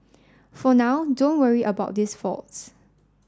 for now don't worry about these faults